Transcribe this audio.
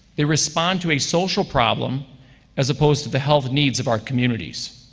they respond to a social problem as opposed to the health needs of our communities.